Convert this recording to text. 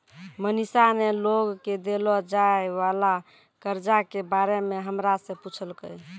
मनीषा ने लोग के देलो जाय वला कर्जा के बारे मे हमरा से पुछलकै